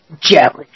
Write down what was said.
jealous